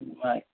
बरं